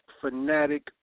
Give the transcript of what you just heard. fanatic